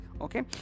okay